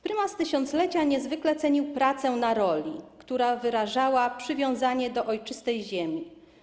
Prymas Tysiąclecia niezwykle cenił pracę na roli, która wyrażała przywiązanie do ojczystej ziemi.